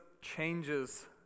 changes